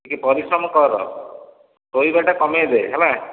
ଟିକିଏ ପରିଶ୍ରମ କର ଶୋଇବାଟା କମେଇଦେ ହେଲା